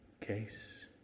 case